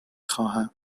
خواهم